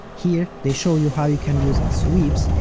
here, they show you how you can use sweeps,